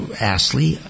Astley